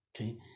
Okay